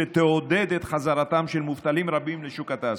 שתעודד את חזרתם של מובטלים רבים לשוק התעסוקה.